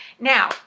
Now